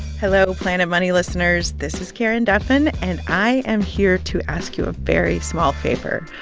hello, planet money listeners. this is karen duffin, and i am here to ask you a very small favor.